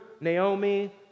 Naomi